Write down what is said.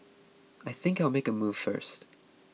I think I'll make a move first